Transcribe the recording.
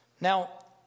Now